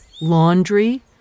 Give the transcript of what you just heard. laundry